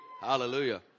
Hallelujah